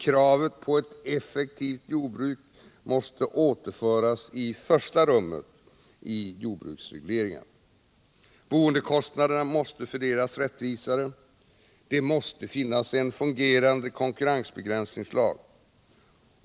Kravet på ett effektivt jordbruk måste återföras i första rummet i jordbruksregleringarna. Boendekostnaderna måste fördelas rättvisare. Det måste finnas en fungerande konkurrensbe gränsningslag.